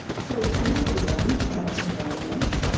so thanks everyone for joining us.